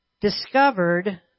Discovered